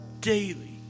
daily